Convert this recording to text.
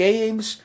Games